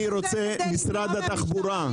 משרד התחבורה,